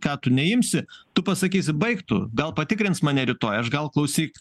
ką tu neimsi tu pasakysi baik tu gal patikrins mane rytoj aš gal klausyk